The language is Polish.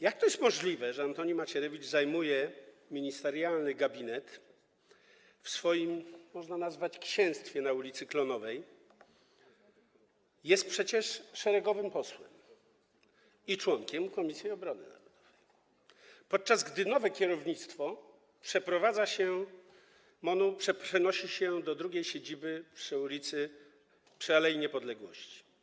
Jak to jest możliwe, że Antoni Macierewicz zajmuje ministerialny gabinet w swoim, można je tak nazwać, księstwie na ul. Klonowej, jest przecież szeregowym posłem i członkiem Komisji Obrony Narodowej, podczas gdy nowe kierownictwo MON-u przeprowadza się, przenosi się do drugiej siedziby, przy al. Niepodległości?